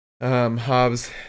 Hobbs